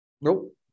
Nope